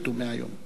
100 יום.